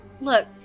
Look